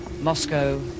Moscow